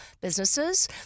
businesses